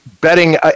betting